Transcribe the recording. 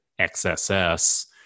XSS